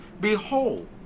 Behold